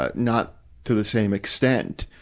ah not to the same extent.